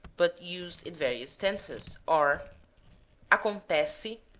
but used in various tenses, are acontece,